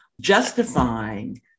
Justifying